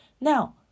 Now